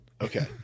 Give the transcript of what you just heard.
Okay